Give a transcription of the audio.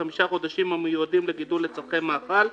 חמישה חודשים המיועדים לגידול לצרכי מאכל,